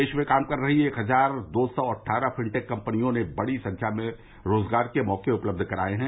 देश में काम कर रही एक हजार दो सौ अट्ठारह फिनटेक कंपनियों ने बड़ी संख्या में रोजगार के मौके उपलब्ध कराए हैं